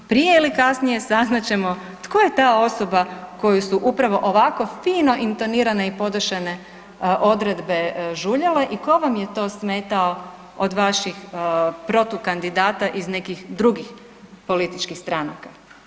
Prije ili kasnije saznat ćemo tko je ta osoba koju su upravo fino intonirane i podešene odredbe žuljale i tko vam je to smetao od vaših protukandidata iz nekih drugih političkih stranaka.